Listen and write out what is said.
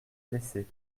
laissé